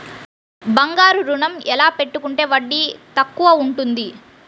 బంగారు ఋణం ఎలా పెట్టుకుంటే వడ్డీ తక్కువ ఉంటుంది?